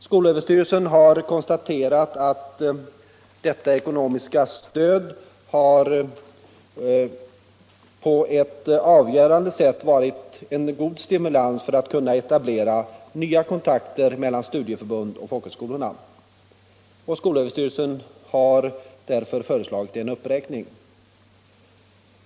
Skolöverstyrelsen har konstaterat att detta ekonomiska stöd på ett avgörande sätt har varit mycket stimulerande för att kunna etablera nya kontakter mellan studieförbunden och folkhögskolorna. Skolöverstyrelsen har därför föreslagit en uppräkning.